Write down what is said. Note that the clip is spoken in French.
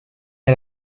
est